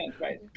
right